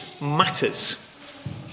matters